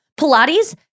Pilates